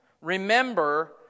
remember